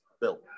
bill